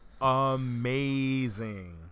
amazing